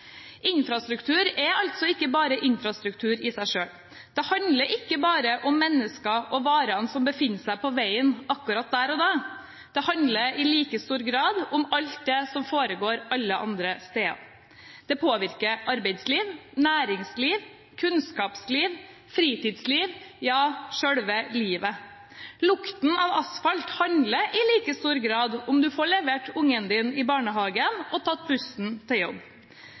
Infrastruktur er altså ikke bare infrastruktur i seg selv. Det handler ikke bare om menneskene og varene som befinner seg på veien akkurat der og da. Det handler i like stor grad om alt det som foregår alle andre steder. Det påvirker arbeidsliv, næringsliv, kunnskapsliv, fritidsliv – ja, selve livet. Lukten av asfalt handler i like stor grad om at en får levert barnet sitt i barnehage og tatt bussen til jobb.